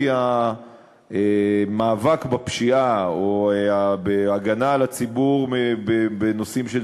כי המאבק בפשיעה או בהגנה על הציבור בנושאים של